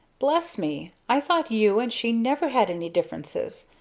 bless me! i thought you and she never had any differences!